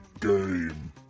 game